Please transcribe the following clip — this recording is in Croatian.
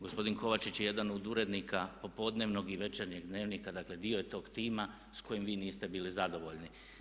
Gospodin Kovačić je jedan od urednika popodnevnog i večernjeg dnevnika, dakle dio je tog tima s kojim vi niste bili zadovoljni.